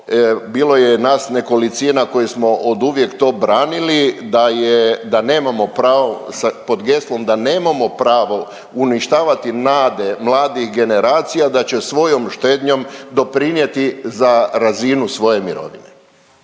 bilo je nas nekolicina koji smo oduvijek to branili da je, da nemamo pravo sa…, pod geslom da nemamo pravo uništavati nade mladih generacija da će svojom štednjom doprinjeti za razinu svoje mirovine.